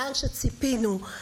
לאן שציפינו.